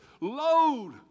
load